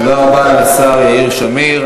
תודה רבה לשר יאיר שמיר.